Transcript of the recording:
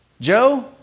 Joe